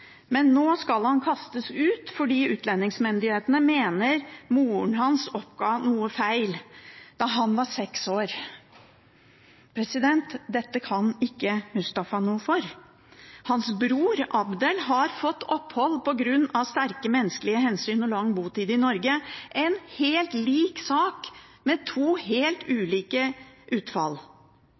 Men nå skal han kastes ut, fordi utlendingsmyndighetene mener moren hans oppga noe feil da han var seks år. Dette kan ikke Mustafa noe for. Hans bror, Abdel, har fått opphold på grunn av sterke menneskelige hensyn og lang botid i Norge, en helt lik sak, med to helt ulike utfall.